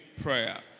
Prayer